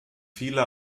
viele